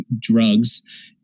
drugs